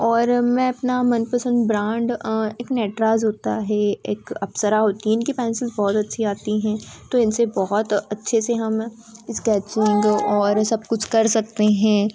और मैं अपना मनपसंद ब्रांड एक नटराज़ होता है एक अप्सरा होती है इनके पेंसिल बहुत अच्छी आती हैं तो इनसे बहुत अच्छे से हम इस्कैचिंग और सब कुछ कर सकते हें